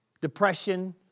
depression